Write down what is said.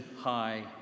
high